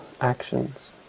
actions